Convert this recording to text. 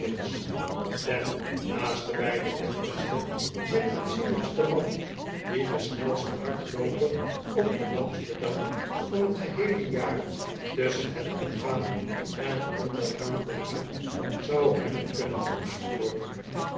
ten naastenbij de deftigste en aanzienlijkste man dien de snelste hardlooper op den langsten dag van het geheele jaar tusschen het opgaan en ondergaan der zon zou hebben kunnen opsporen